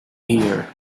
here